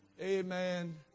Amen